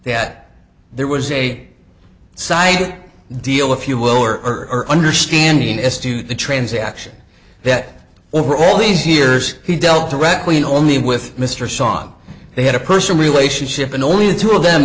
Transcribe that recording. that there was a side deal if you will or or understandings as to the transaction that over all these years he dealt directly only with mr song they had a personal relationship and only the two of them